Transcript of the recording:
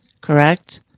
correct